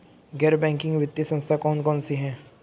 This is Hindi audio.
गैर बैंकिंग वित्तीय संस्था कौन कौन सी हैं?